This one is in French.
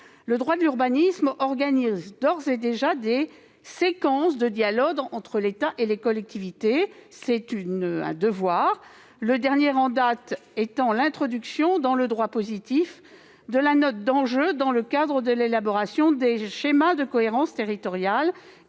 le droit de l'urbanisme organise d'ores et déjà des séquences obligatoires de dialogue entre l'État et les collectivités territoriales. Le dernier exemple en date est l'introduction, dans le droit positif, de la note d'enjeux, exigée dans le cadre de l'élaboration des schémas de cohérence territoriale